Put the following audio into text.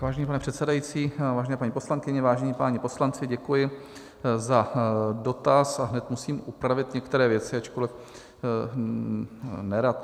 Vážený pane předsedající, vážené paní poslankyně, vážení páni poslanci, děkuji za dotaz a hned musím upravit některé věci, ačkoliv nerad.